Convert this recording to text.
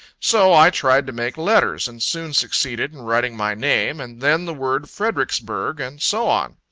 so i tried to make letters, and soon succeeded in writing my name, and then the word fredericksburg, and so on.